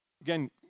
Again